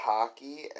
Hockey